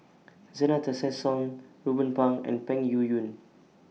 Zena Tessensohn Ruben Pang and Peng Yuyun